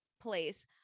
place